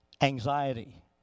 anxiety